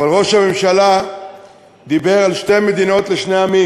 אבל ראש הממשלה דיבר על שתי מדינות לשני עמים.